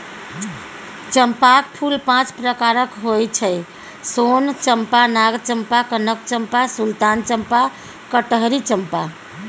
चंपाक फूल पांच प्रकारक होइ छै सोन चंपा, नाग चंपा, कनक चंपा, सुल्तान चंपा, कटहरी चंपा